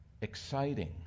exciting